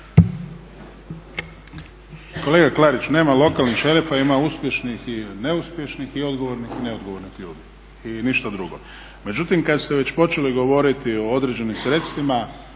Kolega Klarić nema lokalnih šerifa, ima uspješnih i neuspješnih i odgovornih i neodgovornih ljudi i ništa drugo. Međutim kada ste već počeli govoriti o određenim sredstvima,